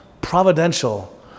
Providential